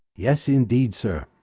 yes, indeed, sir.